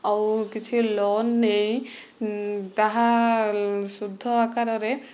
ଆଉ କିଛି ଲୋନ୍ ନେଇ ତାହା ସୁଧ ଆକାରରେ